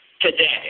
today